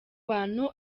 bantu